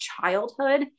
childhood